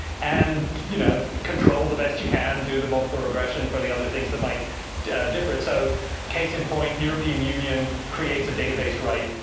and you know control the best you can, do the multiple regression for the other things that might different. so case in point, european union creates a database right.